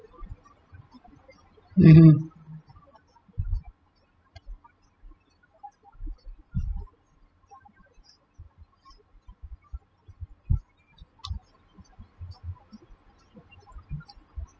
mmhmm